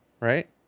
right